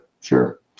sure